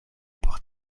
por